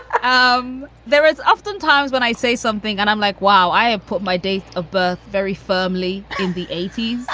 um there is often times when i say something and i'm like, wow, i have put my date of birth very firmly in the eighty point